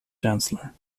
chancellor